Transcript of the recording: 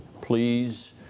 Please